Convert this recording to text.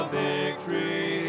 victory